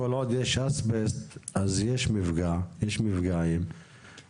כל עוד יש אסבסט אז יש מפגעים בריאותיים,